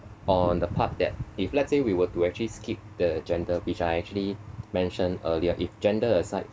on the part that if let's say we were to actually skip the gender which I actually mentioned earlier if gender aside